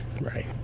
Right